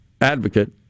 advocate